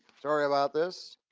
sorry about this.